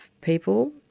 people